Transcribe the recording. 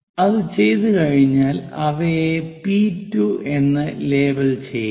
അത് ചെയ്തുകഴിഞ്ഞാൽ അവയെ P2 എന്ന് ലേബൽ ചെയ്യുക